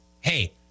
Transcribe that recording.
hey